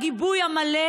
הגיבוי המלא,